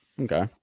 Okay